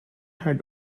had